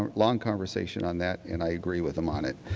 um long conversation on that and i agree with him on it.